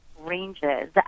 ranges